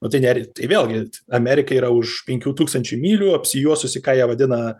nu tai ner tai vėlgi amerika yra už penkių tūkstančių mylių apsijuosusi ką jie vadina